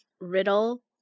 riddle